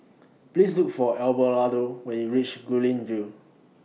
Please Look For Abelardo when YOU REACH Guilin View